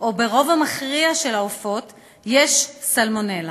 או ברוב המכריע של העופות יש סלמונלה".